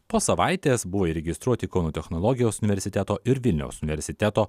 po savaitės buvo įregistruoti kauno technologijos universiteto ir vilniaus universiteto